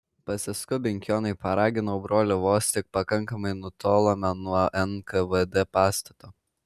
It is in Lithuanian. pasiskubink jonai paraginau brolį vos tik pakankamai nutolome nuo nkvd pastato